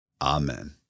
Amen